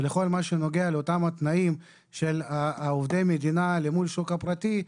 בכל הנוגע לתנאים של עובדי מדינה למול השוק הפרטי,